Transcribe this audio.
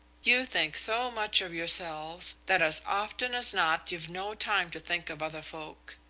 you think so much of yourselves that as often as not you've no time to think of other folk.